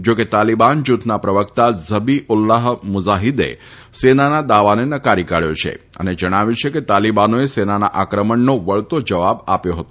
જોકે તાલીબાન જુથના પ્રવક્તા ઝબી ઉલ્લાહ મુઝાહિદે સેનાના દાવાને નકારી કાઢ્યો છે અને જણાવ્યું છે કે તાલીબાનોએ સેનાના આક્રમણનો વળતો જવાબ આપ્યો હતો